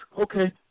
Okay